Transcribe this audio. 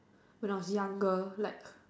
when I was younger like